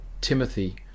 Timothy